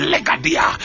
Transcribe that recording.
Legadia